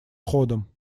ходом